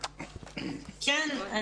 כן.